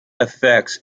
effects